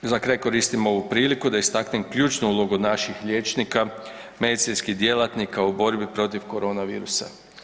Za kraj koristim ovu priliku da istaknem ključnu ulogu naših liječnika, medicinskih djelatnika u borbi protiv koronavirusa.